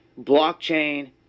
blockchain